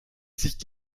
sich